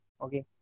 okay